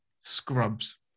Scrubs